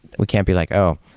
we can't be like, oh!